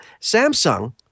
Samsung